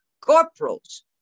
corporals